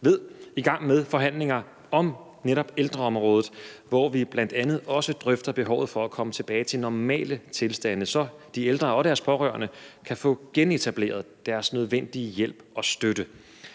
ved, i gang med forhandlinger om netop ældreområdet, hvor vi bl.a. også drøfter behovet for at komme tilbage til normale tilstande, så de ældre og deres pårørende kan få genetableret deres nødvendige hjælp og støtte.